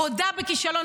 הודה בכישלון.